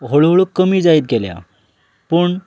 हळू हळू कमी जायत गेल्या पूण